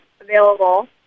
available